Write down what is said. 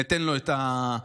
ניתן לו את הקרדיט,